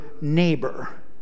neighbor